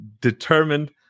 determined